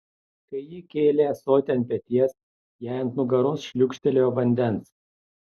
kai ji kėlė ąsotį ant peties jai ant nugaros šliūkštelėjo vandens